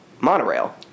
monorail